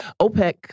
OPEC